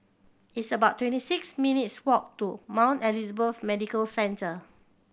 it's about twenty six minutes' walk to Mount Elizabeth Medical Centre